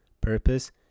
purpose